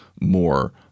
more